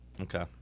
Okay